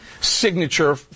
signature